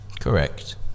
Correct